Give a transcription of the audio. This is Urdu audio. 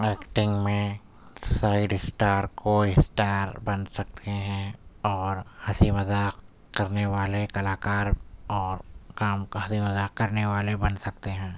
ایکٹنگ میں سائڈ اسٹار کواسٹار بن سکتے ہیں اور ہنسی مذاق کرنے والے کلاکار اور کام ہنسی مذاق کرنے والے بن سکتے ہیں